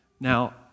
now